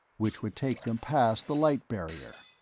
which would take them past the light barrier.